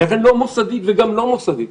לכן לא מוסדית וגם לא מוסדית.